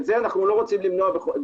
גם